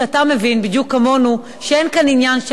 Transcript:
שאתה מבין בדיוק כמונו שאין כאן עניין,